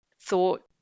thought